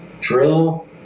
drill